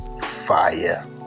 fire